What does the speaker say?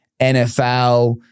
NFL